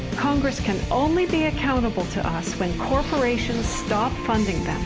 congress can only be accountable to us, when corporations stop funding